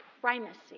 primacy